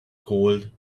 called